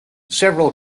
several